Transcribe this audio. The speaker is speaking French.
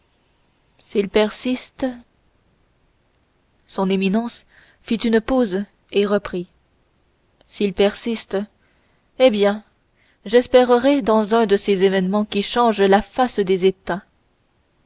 s'il persiste son éminence fit une pause et reprit s'il persiste eh bien j'espérerai dans un de ces événements qui changent la face des états